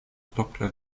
propra